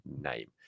name